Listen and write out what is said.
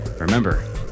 remember